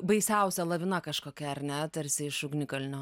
baisiausia lavina kažkokia ar ne tarsi iš ugnikalnio